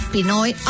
Pinoy